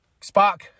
Spock